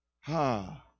Ha